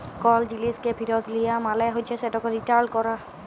call জিলিসকে ফিরত লিয়া মালে হছে সেটকে রিটার্ল ক্যরা